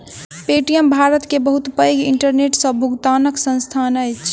Paytm Bharat के बहुत पैघ इंटरनेट सॅ भुगतनाक संस्थान अछि